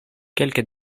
kelke